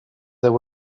there